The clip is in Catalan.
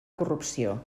corrupció